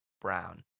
Brown